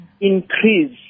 increase